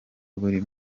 buri